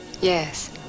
Yes